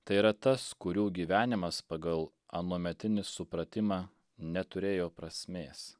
tai yra tas kurių gyvenimas pagal anuometinį supratimą neturėjo prasmės